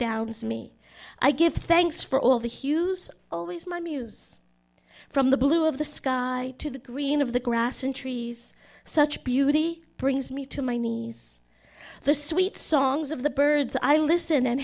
astounds me i give thanks for all the hues always my muse from the blue of the sky to the green of the grass and trees such beauty brings me to my knees the sweet songs of the birds i listen and